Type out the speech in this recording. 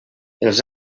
els